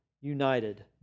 united